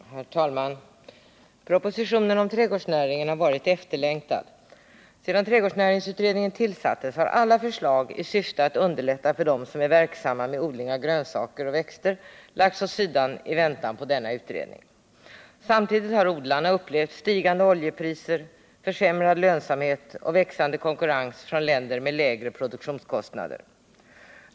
Herr talman! Propositionen om trädgårdsnäringen har varit efterlängtad. Sedan trädgårdsnäringsutredningen tillsattes har alla förslag i syfte att underlätta för dem som är verksamma med odling av grönsaker och växter lagts åt sidan i väntan på denna utredning. Samtidigt har odlarna upplevt stigande oljepriser, försämrad lönsamhet och växande konkurrens från länder med lägre produktionskostnader.